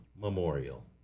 Memorial